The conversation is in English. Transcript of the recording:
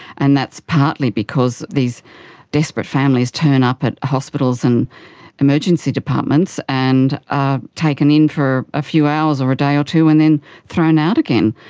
and that's partly because these desperate families turn up at hospitals and emergency departments and are taken in for a few hours or a day or two and then thrown out again.